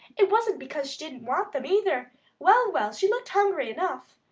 it wasn't because she didn't want them, either well, well, she looked hungry enough.